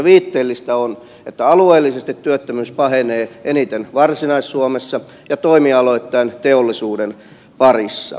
viitteellistä on että alueellisesti työttömyys pahenee eniten varsinais suomessa ja toimialoittain teollisuuden parissa